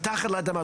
מתחת לאדמה,